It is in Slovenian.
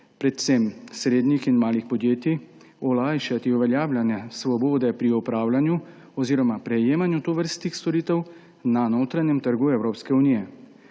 predvsem srednjih in malih podjetij, olajšati uveljavljanje svobode pri opravljanju oziroma prejemanju tovrstnih storitev na notranjem trgu Evropske unije.